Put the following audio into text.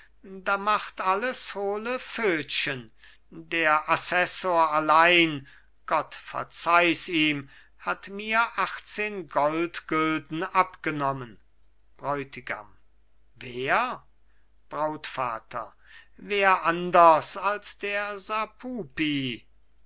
da macht alles hohle pfötchen der assessor allein gott verzeih's ihm hat mir achtzehn goldgulden abgenommen bräutigam wer brautvater wer anders als der sapupi